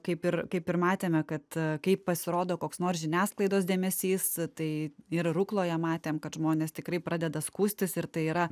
kaip ir kaip ir matėme kad kai pasirodo koks nors žiniasklaidos dėmesys tai ir rukloje matėm kad žmonės tikrai pradeda skųstis ir tai yra